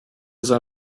sei